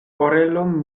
orelon